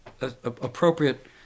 appropriate